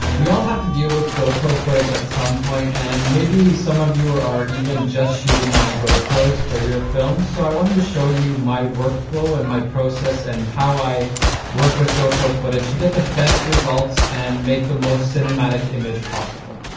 we all have to deal with go pro footage at some point, and maybe some of you are even just shooting on go pros for your films, so i wanted to show you my workflow and my process and how i work with go pro footage to get the best results and make the most cinematic image possible.